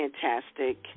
fantastic